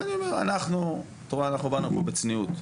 את רואה, אנחנו באנו פה בצניעות.